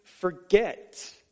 forget